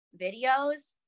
videos